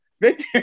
Victor